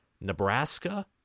Nebraska